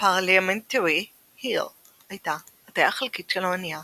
Parliamentary heel הייתה הטיה חלקית של האונייה